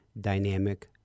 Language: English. dynamic